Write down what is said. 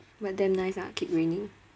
but damn nice ah keep raining